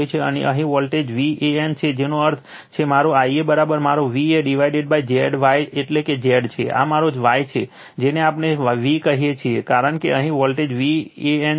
અને અહીં વોલ્ટેજ એ V AN છે જેનો અર્થ છે મારો Ia મારો v એ ડિવાઇડેડZ Y એટલે Z છે આ મારો Y છે જેને આપણે V કહીએ છીએ કારણ કે અહીં વોલ્ટેજ V AN છે